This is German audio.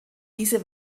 diese